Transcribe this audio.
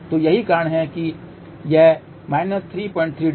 तो यही कारण है कि यह है 33 dB